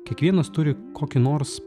kiekvienas turi kokį nors